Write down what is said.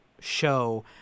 show